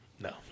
no